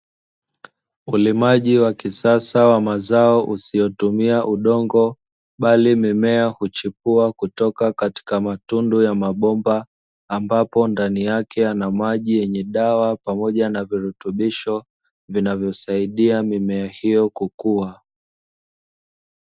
Ulimaji wa kisasa wa mazao usiotumia udongo bali mimea huchipua kutoka katika matundu ya mabomba ambapo ndani yake yana maji yenye dawa pamoja na virutubisho vinavyosaidia mimea hiyo kukua.